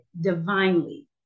divinely